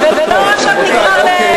ולא נגרר עכשיו לדמגוגיה.